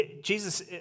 Jesus